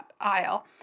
aisle